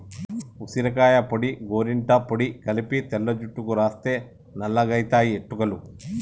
ఉసిరికాయ పొడి గోరింట పొడి కలిపి తెల్ల జుట్టుకు రాస్తే నల్లగాయితయి ఎట్టుకలు